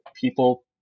people